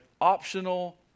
optional